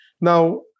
Now